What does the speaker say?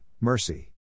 mercy